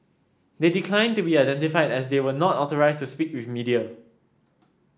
they declined to be identified as they were not authorised to speak with media